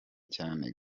cyane